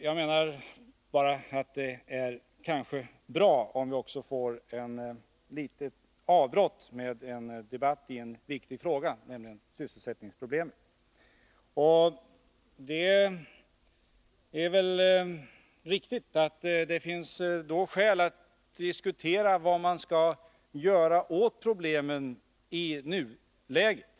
Jag menar bara att det kanske är bra om vi också får ett litet avbrott i dessa anföranden genom att ta upp en debatt i en viktig fråga, nämligen sysselsättningsproblemet. Det är väl riktigt att det då finns skäl att diskutera vad man skall göra åt problemet i nuläget.